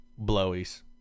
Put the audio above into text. Blowies